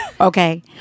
Okay